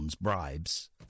bribes